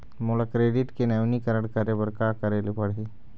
मोला क्रेडिट के नवीनीकरण करे बर का करे ले पड़ही?